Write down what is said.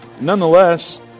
nonetheless